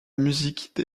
musique